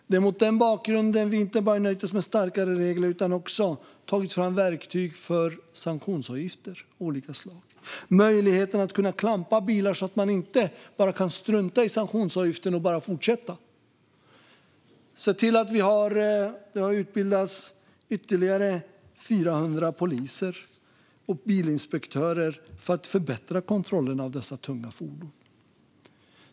Det är mot den bakgrunden vi inte nöjt oss med enbart starkare regler utan också tagit fram verktyg för sanktionsavgifter av olika slag och möjligheten att klampa bilar så att man inte kan strunta i sanktionsavgiften och fortsätta. Vi har sett till att det har utbildats ytterligare 400 poliser och bilinspektörer för att förbättra kontrollerna av dessa tunga fordon.